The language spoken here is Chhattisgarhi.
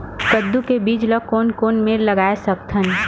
कददू के बीज ला कोन कोन मेर लगय सकथन?